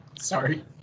sorry